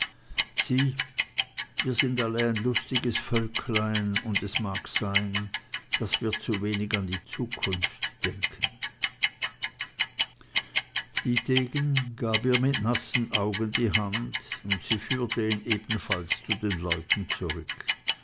sieh wir sind alle ein lustiges völklein und es mag sein daß wir zuwenig an die zukunft denken dietegen gab ihr mit nassen augen die hand und sie führte ihn ebenfalls zu den leuten zurück